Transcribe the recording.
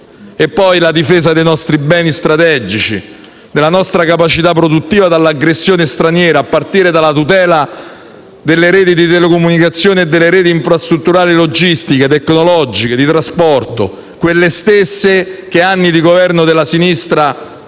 anche la difesa dei nostri beni strategici, della nostra capacità produttiva dall'aggressione straniera, a partire dalla tutela delle reti di telecomunicazione, infrastrutturali, logistiche, tecnologiche e di trasporto, quelle stesse che anni di Governo della sinistra